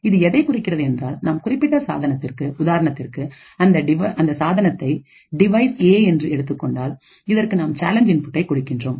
இது எதைக் குறிக்கிறது என்றால் நாம் குறிப்பிட்ட சாதனத்திற்கு உதாரணத்திற்கு அந்த சாதனத்தை டிவைஸ் ஏ என்று எடுத்துக் கொண்டால் இதற்கு நாம் சேலஞ்ச் இன்புட்டை கொடுக்கின்றோம்